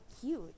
cute